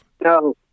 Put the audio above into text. No